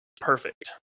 perfect